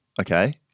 okay